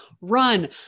run